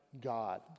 God